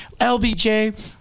lbj